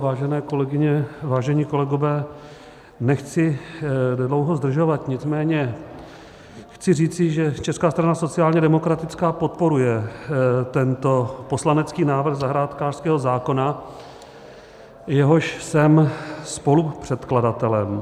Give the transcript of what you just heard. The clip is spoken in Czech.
Vážené kolegyně, vážení kolegové, nechci dlouho zdržovat, nicméně chci říci, že Česká strana sociálně demokratická podporuje tento poslanecký návrh zahrádkářského zákona, jehož jsem spolupředkladatelem.